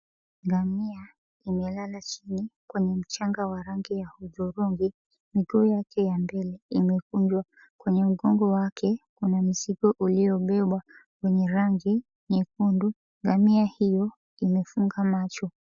Ngamia imelala chini kwenye mchanga wa rangi ya hudhurungi, miguu yake ya mbele imekunjwa. Kwenye mgongo wake, kuna mzigo uliobebwa wenye rangi nyekundu. Ngamia hiyo imefunga macho.